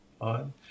on